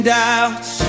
doubts